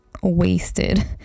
wasted